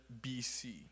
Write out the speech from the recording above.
BC